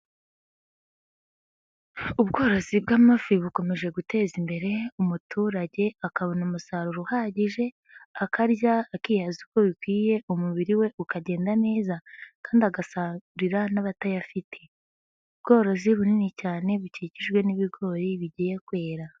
Ubworozi bw'amafi bukomeje guteza imbere umuturage akabona umusaruro uhagije akarya akihaza uko bikwiye umubiri we ukagenda neza kandi agasagurira n'abatayafite, ubworozi bunini cyane bukikijwe n'ibigori bigiye kwera.